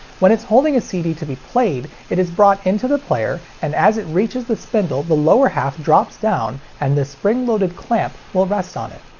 when it is holding a cd to be played, it is brought into the player and as it reaches the spindle, the lower half drops down and this spring-loaded clamp will rest on it.